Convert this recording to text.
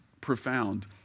profound